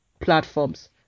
platforms